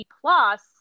plus